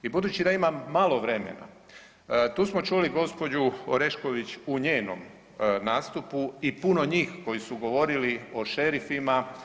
I budući da imam malo vremena, tu smo čuli gospođu Orešković u njenom nastupu i puno njih koji su govorili o šerifima.